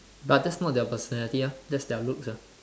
but that's not their personality ah that's their looks ah